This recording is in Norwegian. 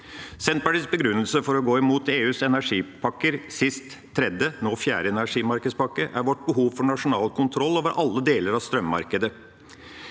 Senterpartiets begrunnelse for å gå imot EUs energimarkedspakker – sist tredje, nå fjerde energimarkedspakke – er vårt behov for nasjonal kontroll over alle deler av strømmarkedet.